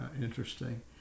interesting